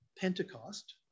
Pentecost